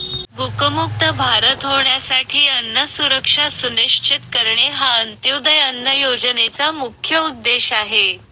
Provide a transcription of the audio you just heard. भूकमुक्त भारत होण्यासाठी अन्न सुरक्षा सुनिश्चित करणे हा अंत्योदय अन्न योजनेचा मुख्य उद्देश आहे